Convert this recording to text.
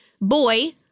boy